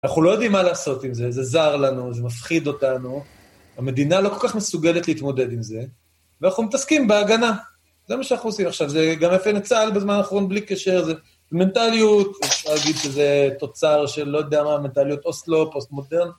אנחנו לא יודעים מה לעשות עם זה, זה זר לנו, זה מפחיד אותנו, המדינה לא כל כך מסוגלת להתמודד עם זה, ואנחנו מתעסקים בהגנה. זה מה שאנחנו עושים עכשיו, זה גם יפה לצהל בזמן האחרון בלי קשר לזה, זה מנטליות, אפשר להגיד שזה תוצר של לא יודע מה, מנטליות אוסט-לואו, פוסט-מודרן.